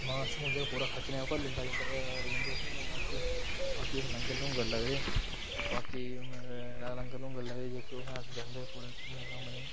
समान समून जेह्का पूरा खच्चरें उप्पर लेंदा जंदा लेंदे उत्थै ई बाकी बाकी उत्थै लंगर लुंगर लगदे ते बाकी लंगर लुंगर लगदे जेह्के उत्थै जंदे टूरिस्ट घूमने घामने ई